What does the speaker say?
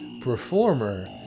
performer